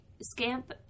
scamp